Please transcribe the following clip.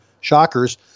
Shockers